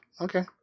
Okay